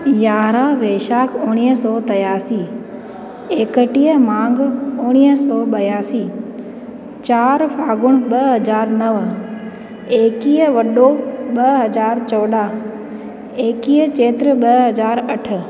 यारहां वैशाख उणिवीह सौ टियासी एकटीह मांघ उणिवीह सौ ॿियासी चार फाॻुणु ॿ हज़ार नव एक्वीह बडो ॿ हज़ार चौॾहां एक्वीह चैत्र ॿ हज़ार अठ